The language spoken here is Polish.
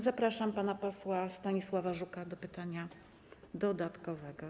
Zapraszam pana posła Stanisława Żuka do zadania pytania dodatkowego.